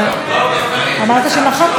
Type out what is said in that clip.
אמרתם שמחקתם אותו,